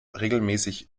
regelmäßig